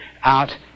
out